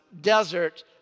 desert